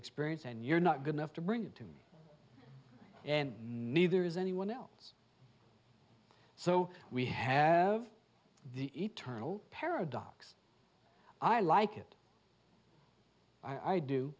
experience and you're not good enough to bring it to me and neither is anyone else so we have the eternal paradox i like it i